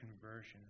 conversion